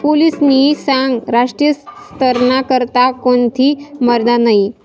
पोलीसनी सांगं राष्ट्रीय स्तरना करता कोणथी मर्यादा नयी